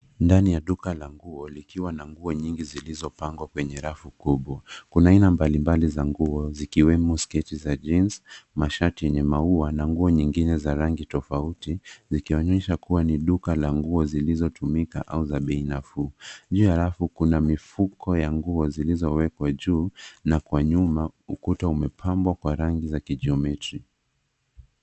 Ndani ya duka la nguo likiwa na nguo nyingi zilizopangwa kwenye rafu kubwa. Kuna aina mbalimbali za nguo zikiwemo sketi za jeans , mashati yenye maua na nguo nyingine za rangi tofauti zikionyesha kuwa ni duka la nguo zilizotumika au za bei nafuu. Juu ya rafu kuna mifuko ya nguo zilizowekwa juu na kwa nyuma ukuta umepambwa kwa rangi za kijiometria.